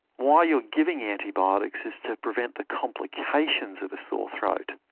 why you are giving antibiotics is to prevent the complications of a sore throat,